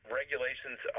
regulations